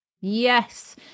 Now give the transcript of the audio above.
Yes